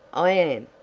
i am.